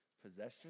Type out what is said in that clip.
possession